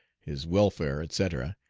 his welfare, etc,